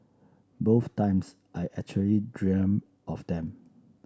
both times I actually dreamed of them